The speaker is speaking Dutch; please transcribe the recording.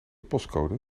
postcode